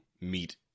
meet